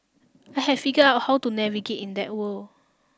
I had figure out how to navigate in that world